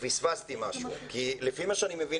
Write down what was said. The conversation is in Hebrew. אז פספסתי משהו כי לפי מה שאני מבין